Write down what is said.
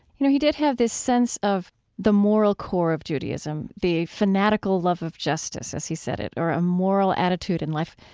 you know, he did have this sense of the moral core of judaism, the fanatical love of justice, as he said it, or a moral attitude in life.